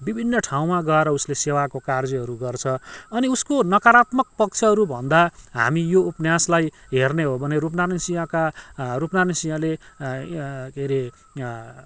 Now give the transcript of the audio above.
विभिन्न ठाउँमा गएर उसले सेवाको कार्यहरू गर्छ अनि उसको नकारात्मक पक्षहरू भन्दा हामी यो उपन्यासलाई हेर्ने हो भने रूपनारायण सिंहका रूपनारायण सिंहले के अरे